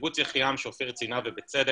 קיבוץ יחיעם שא"ר ציינה ובצדק,